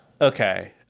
Okay